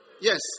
Yes